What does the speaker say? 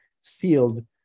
sealed